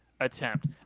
attempt